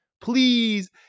Please